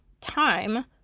time